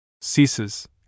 ceases